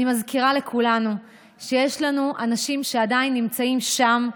אני מזכירה לכולנו שיש לנו עדיין אנשים שנמצאים שם,